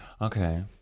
okay